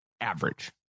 average